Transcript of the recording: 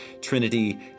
Trinity